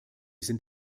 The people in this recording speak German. sind